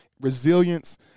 resilience